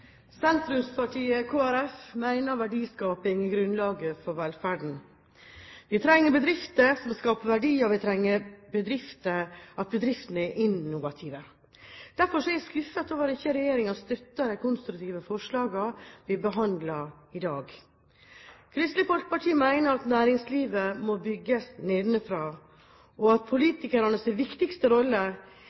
grunnlaget for velferden. Vi trenger bedrifter som skaper verdier, og vi trenger innovative bedrifter. Derfor er jeg skuffet over at ikke regjeringen støtter de konstruktive forslagene vi behandler i dag. Kristelig Folkeparti mener at næringslivet må bygges nedenfra, og at politikernes viktigste rolle